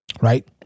Right